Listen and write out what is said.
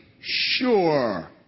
sure